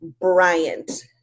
Bryant